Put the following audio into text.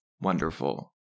wonderful